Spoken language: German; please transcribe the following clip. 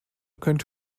könnt